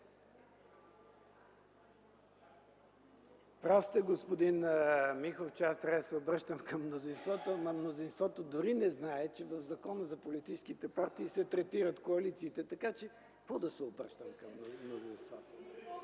Прав сте, господин Миков, че трябва да се обръщам към мнозинството, но мнозинството дори не знае, че по Закона за политическите партии се третират коалициите. Така че какво да се обръщам към мнозинството?